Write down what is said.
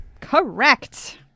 Correct